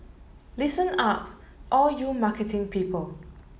listen up all you marketing people